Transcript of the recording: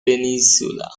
peninsula